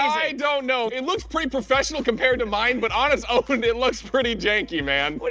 i don't know! it looks pretty professional compared to mine but on its own it looks pretty janky man. but